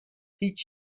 هیچ